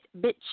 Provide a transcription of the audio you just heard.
bitch